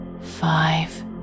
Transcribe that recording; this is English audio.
five